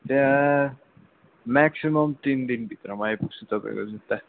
त्यहाँ म्याक्सिमम् तिन दिनभित्रमा आइपुग्छ तपाईँको जुत्ता